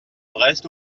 brest